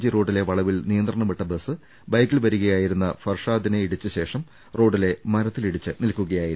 G റോഡിലെ വളവിൽ നിയന്ത്രണം വിട്ട ബസ് ബൈക്കിൽ വരികയായിരുന്ന ഫർഷാദിനെ ഇടിച്ച ശേഷം റോഡ രികിലെ മരത്തിലിടിച്ച് നിൽക്കുകയായിരുന്നു